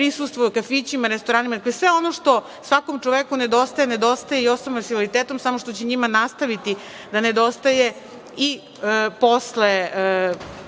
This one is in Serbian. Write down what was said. Prisustvo kafićima, restoranima, dakle, sve ono što svakom čoveku nedostaje, nedostaje i osobama sa invaliditetom, samo što će njima nastaviti da nedostaje i posle